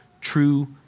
True